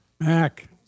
Mac